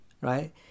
right